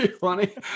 funny